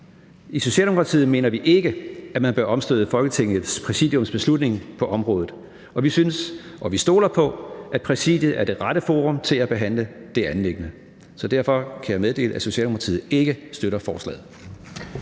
I Socialdemokratiet mener vi ikke, at man bør omstøde Folketingets Præsidiums beslutning på området. Vi synes, og vi stoler på, at Præsidiet er det rette forum til at behandle det anliggende. Så derfor kan jeg meddele, at Socialdemokratiet ikke støtter forslaget.